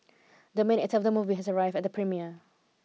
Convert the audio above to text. the main actor of the movie has arrived at the premiere